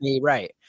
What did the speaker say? right